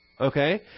Okay